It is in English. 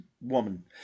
woman